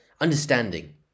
understanding